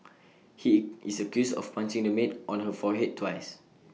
he is accused of punching the maid on her forehead twice